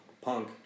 Punk